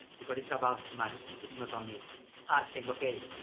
because it's about matching it's not only asking okay,